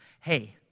hey